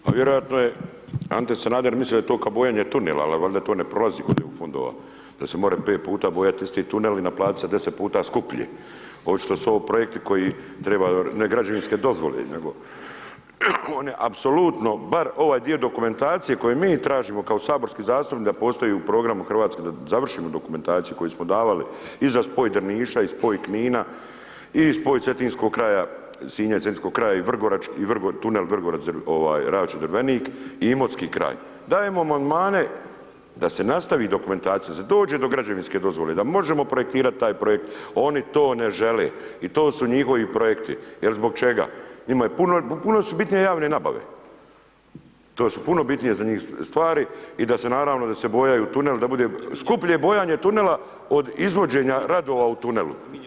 Pa vjerojatno je Ante Sanader mislio da je to ka bojanje tunela, al valjda to ne prolazi kod EU fondova da se more pet puta bojat isti tunel i naplatit se deset puta skuplje, očito su ovo projekti koji trebaju ne građevinske dozvole, nego apsolutno bar ovaj dio dokumentacije koje mi tražimo kao saborski zastupnik da postoji u programu RH da završimo dokumentaciju koju smo davali i za spoj Drniša i spoj Knina i spoj Cetinskog kraja, Sinja i Cetinskog kraja i tunel Ravča-Drvenik i Imotski kraj, dajemo amandmane da se nastavi dokumentacija, da se dođe do građevinske dozvole, da možemo projektirat taj projekt, oni to ne žele i to su njihovi projekti jel zbog čega, njima je puno, puno su bitnije javne nabave, to su puno bitnije za njih stvari i da se naravno da se bojaju tuneli da bude, skuplje je bojanje tunela od izvođenja radova u tunelu.